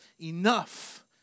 enough